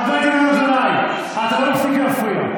חבר הכנסת אזולאי, אתה לא מפסיק להפריע.